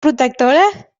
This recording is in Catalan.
protectora